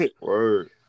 Word